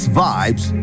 vibes